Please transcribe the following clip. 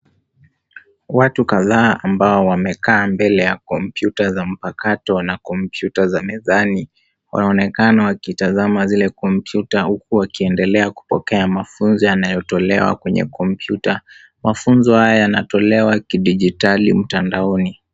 Watu kadhaa ambao wamekaa mbele ya kompyuta za mpakato, na kompyuta za mezani wanaonekana wakitazama zile kompyuta, huku wakiendelea kupokea mafunzo yanayotolewa kwenye kompyuta. Mafunzo haya yanatolewa kidijitali mtandaoni.